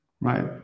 Right